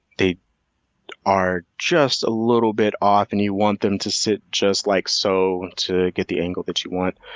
they are just a little bit off and you want them to sit just like so to get the angle that you want.